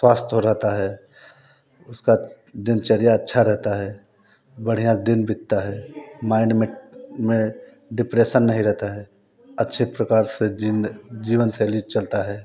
स्वस्थ हो जाता है उसका दिनचर्या अच्छा रहता है बढ़िया दिन बीतता है माइंड में में डिप्रेशन नहीं रहता है अच्छे प्रकार से जीवनशैली चलता है